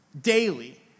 daily